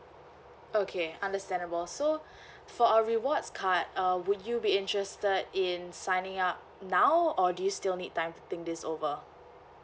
okay understandable so for a rewards card uh would you be interested in signing up now or do you still need time to think this over